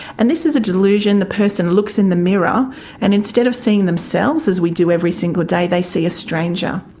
and this is a delusion the person looks in the mirror and instead of seeing themselves as we do every single day they a stranger.